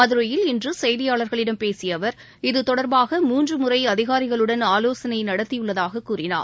மதுரையில் இன்று செய்தியாளர்களிடம் பேசிய அவர் இது தொடர்பாக மூன்று முறை அதிகாரிகளுடன் ஆலோசனை நடத்தியுள்ளதாகக் கூறினார்